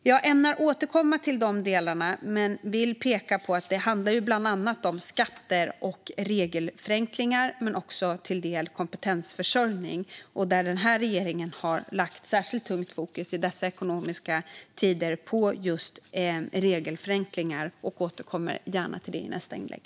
Jag ämnar återkomma till dessa delar, men jag vill peka på att det bland annat handlar om skatter och regelförenklingar och även kompetensförsörjning. Den här regeringen har lagt särskilt tungt fokus i dessa ekonomiska tider på regelförenklingar. Jag återkommer gärna i nästa inlägg.